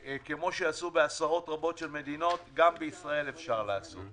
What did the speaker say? כמו שעשו בעשרות רבות של מדינות גם בישראל אפשר לעשות.